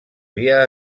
via